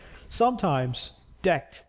sometimes decked,